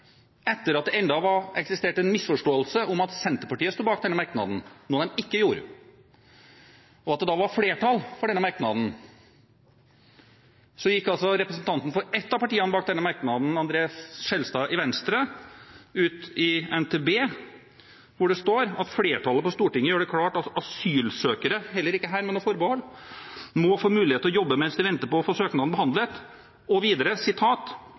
etter at det fremdeles eksisterte en misforståelse om at Senterpartiet sto bak denne merknaden, noe de ikke gjorde, og at det da var flertall for denne merknaden, gikk representanten for ett av partiene bak denne merknaden, André N. Skjelstad fra Venstre, ut i NTB, som skriver: «Flertallet på Stortinget gjør det klart at asylsøkere» – heller ikke her med noe forbehold – «må få mulighet til å jobbe mens de venter på å få søknaden behandlet.» Og videre: